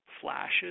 flashes